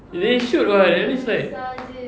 they should [what] at least like